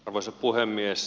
arvoisa puhemies